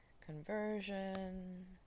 conversion